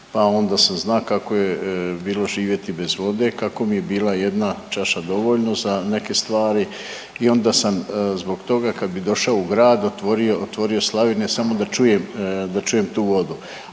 onda se zna kako je bilo živjeti bez vode, kako mi je bila jedna čaša dovoljno za neke stvari i onda sam zbog toga kada bi došao u grad otvorio slavine samo da čujem tu vodu.